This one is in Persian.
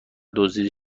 دزدیده